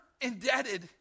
indebted